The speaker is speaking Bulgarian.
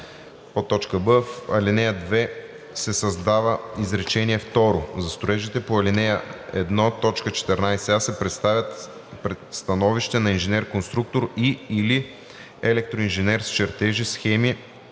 до 5 МW;“ б) в ал. 2 се създава изречение второ: „За строежите по ал. 1, т. 14а се представят становище на инженер-конструктор и/или електроинженер с чертежи, схеми,